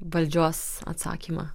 valdžios atsakymą